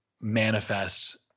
manifest